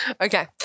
Okay